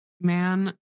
man